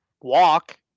walk